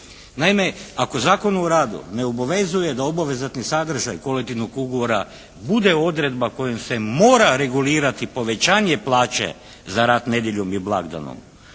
Naime, ako Zakon o radu ne obavezuje da obvezatni sadržaj kolektivnog ugovora bude odredba kojom se mora regulirati povećanje plaće za rad nedjeljom i blagdanom